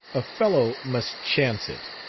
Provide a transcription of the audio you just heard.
a fellow must chance it.